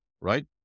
right